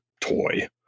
toy